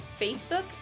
Facebook